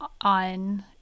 on